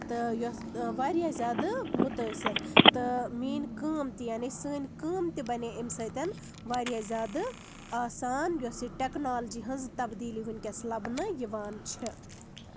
تہٕ یۄس واریاہ زیادٕ مُتٲثِر تہٕ میٲنۍ کٲم یعنی سٲنۍ کٲم تہِ بَنے اَمہِ سۭتۍ واریاہ زیادٕ آسان یۄس یہِ ٹیٚکنالجی ہنٛز تَبدیٖلی ؤنکیٚس لَبنہٕ یِوان چھِ